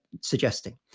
suggesting